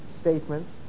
statements